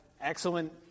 excellent